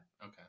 Okay